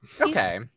Okay